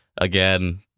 again